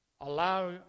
allow